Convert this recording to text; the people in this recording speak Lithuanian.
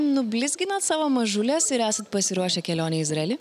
nublizginat savo mažiules ir esat pasiruošę kelionei į izraelį